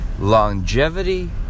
Longevity